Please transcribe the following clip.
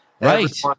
Right